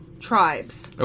tribes